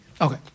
Okay